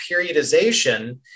periodization